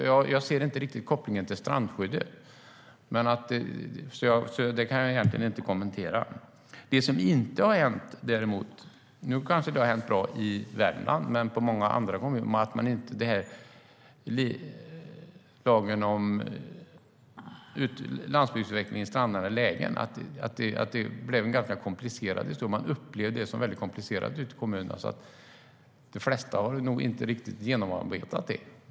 Jag ser inte riktigt kopplingen till strandskyddet och kan därför inte kommentera det ytterligare. Det som däremot hänt är att landsbygdsutveckling i strandnära lägen visat sig vara en ganska komplicerad historia. Ute i kommunerna upplever man reglerna som väldigt komplicerade, och därför har nog de flesta inte infört dem.